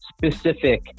specific